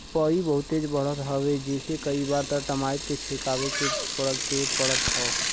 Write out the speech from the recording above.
पई बहुते तेज बढ़त हवे जेसे कई बार त टर्माइट के छिड़कवावे के पड़त हौ